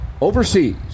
overseas